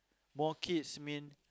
more kids means